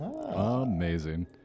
Amazing